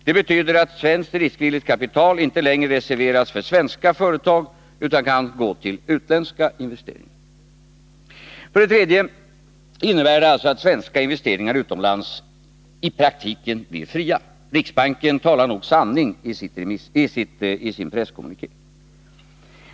Det betyder i sin tur att svenskt riskvilligt kapital inte längre reserveras för svenska företag utan kan gå till utländska investeringar. För det tredje innebär det att svenska investeringar utomlands i praktiken blir fria. Riksbanken talar nog sanning i sin presskommuniké.